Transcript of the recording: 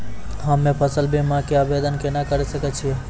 हम्मे फसल बीमा के आवदेन केना करे सकय छियै?